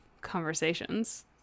Conversations